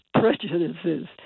prejudices